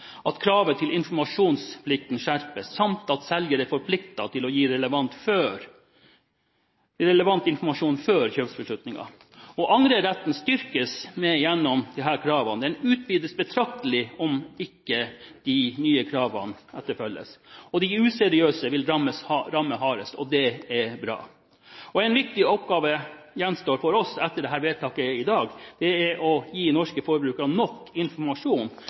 til å gi relevant informasjon før kjøpsbeslutningen. Angreretten styrkes med disse kravene, og den utvides betraktelig om de nye kravene ikke etterfølges. De useriøse vil rammes hardest. Det er bra! En viktig oppgave som gjenstår for oss etter vedtaket i dag, er å gi norske forbrukere nok informasjon,